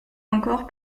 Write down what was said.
encore